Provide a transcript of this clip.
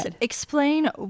explain